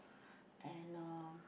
and uh